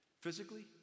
physically